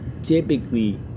Typically